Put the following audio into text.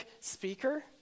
speaker